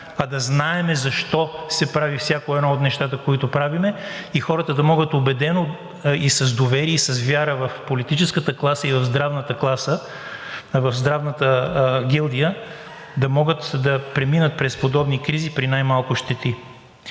а да знаем защо се прави всяко едно от нещата, които правим, и хората да могат убедено и с доверие, и с вяра в политическата класа и в здравната гилдия да могат да преминат през подобни кризи при най-малко щети.